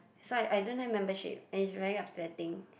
so I I don't have membership and is very upsetting